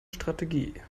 strategie